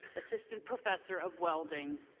assistant professor of welding.